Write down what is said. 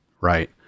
right